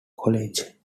college